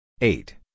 eight